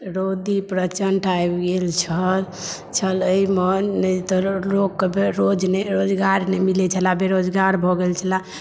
रौदी प्रचण्ड आबि गेल छल एहिमे नहि तऽ लोकके रोजगार नहि मिलै छलए सभ बेरोजगार भऽ गेल छलए